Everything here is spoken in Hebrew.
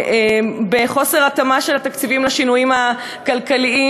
בחוסר התאמה של התקציבים לשינויים הכלכליים,